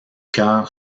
cœur